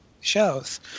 shows